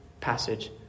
passage